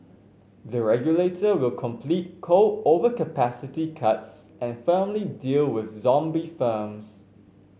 the regulator will complete coal overcapacity cuts and firmly deal with zombie firms